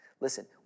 Listen